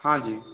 हाँ जी